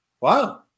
Wow